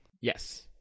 yes